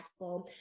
impactful